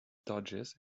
dodges